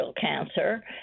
cancer